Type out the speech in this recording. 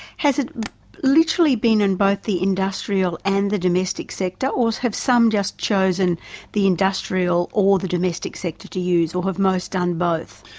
has it literally been on and both, the industrial and the domestic sector? or have some just chosen the industrial or the domestic sector to use, or have most done both?